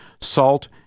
salt